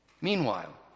Meanwhile